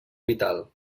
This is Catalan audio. vital